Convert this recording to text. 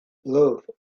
love